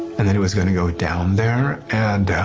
and that it was going to go down there and